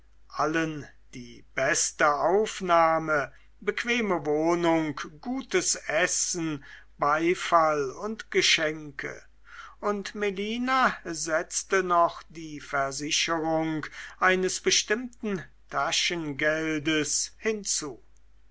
allen die beste aufnahme bequeme wohnung gutes essen beifall und geschenke und melina setzte noch die versicherung eines bestimmten taschengeldes hinzu